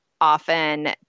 often